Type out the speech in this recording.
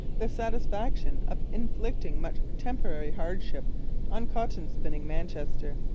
the satisfaction of inflicting much temporary hardship on cotton-spinning manchester.